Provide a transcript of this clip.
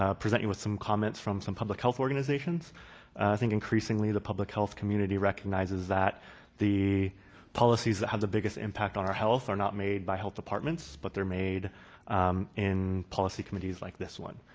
ah present you with some comments from some public health organizations. i think increasingly the public health community recognizes that the policies that have the biggest impact on our health are not made by health departments, but they're made in policy committees like this one.